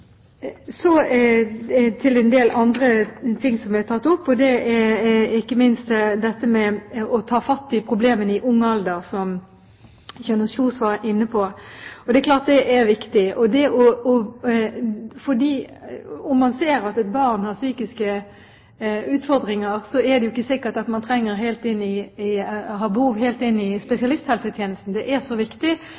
Så til en del andre ting som ble tatt opp, ikke minst dette med å ta fatt i problemene i ung alder, som Kjønaas Kjos var inne på. Det er klart det er viktig. Om man ser at et barn har psykiske utfordringer, er det jo ikke sikkert at man har behov helt inn i